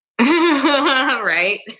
Right